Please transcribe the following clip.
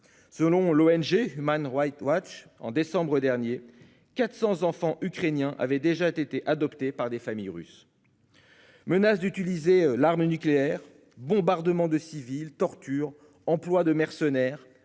Selon l'ONG Human Rights Watch, en décembre dernier, 400 enfants ukrainiens avaient déjà été adoptés par des familles russes. Menaces d'utiliser l'arme nucléaire, bombardements de civils, torture, emploi de mercenaires,